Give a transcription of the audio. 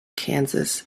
kansas